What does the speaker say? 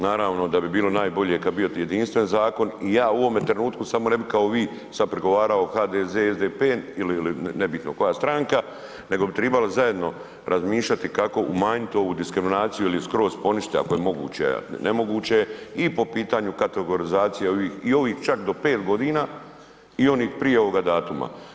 Naravno da bi bilo najbolje kad bi bio jedinstven zakon i ja u ovom trenutku samo ne bi kao vi sad prigovarao HDZ, SDP ili ne bitno koja stranka nego bi trebali zajedno razmišljati kako umanjiti ovu diskriminaciju ili skroz je poništiti ako je moguće, ako je nemoguće i po pitanju kategorizacije i ovih čak do 5 g. i onih prije ovoga datuma.